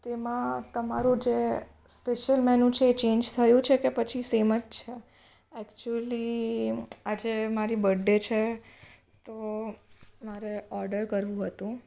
તેમાં તમારું જે સ્પેસ્યલ મેનૂ છે એ ચેન્જ થયું છે કે પછી સેમ જ છે એકચુલી આજે મારી બડ્ડે છે તો મારે ઓર્ડર કરવું હતું